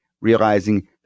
realizing